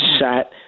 sat